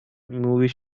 movie